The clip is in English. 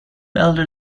elder